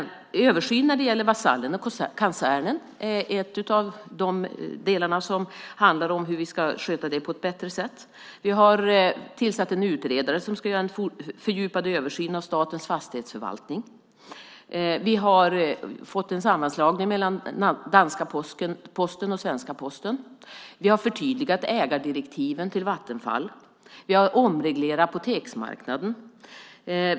Översyn när det gäller Vasallen och Kasernen är en av de delar som handlar om hur vi ska sköta detta på ett bättre sätt. Vi har tillsatt en utredare som ska göra en fördjupad översyn av statens fastighetsförvaltning. Vi har fått en sammanslagning mellan den danska posten och svenska Posten. Vi har förtydligat ägardirektiven till Vattenfall. Vi har omreglerat apoteksmarknaden.